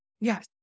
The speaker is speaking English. Yes